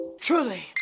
truly